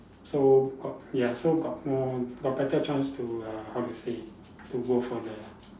so got ya so got more got better chance to uh how to say to go for the